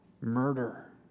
murder